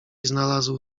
znalazł